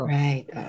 right